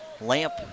Lamp